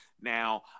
Now